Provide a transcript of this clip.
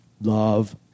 Love